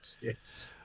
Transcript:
Yes